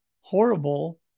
horrible